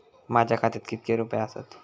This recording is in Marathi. माझ्या खात्यात कितके रुपये आसत?